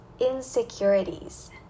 insecurities